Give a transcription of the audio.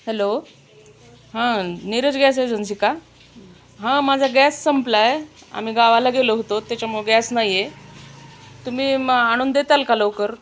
hello हां Neeraj gas agency का हां माझा गॅस संपला आहे आम्ही गावाला गेलो होतो त्याच्यामुळं गॅस नाही आहे तुम्ही मग आणून देताल का लवकर